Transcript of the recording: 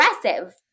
aggressive